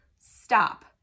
stop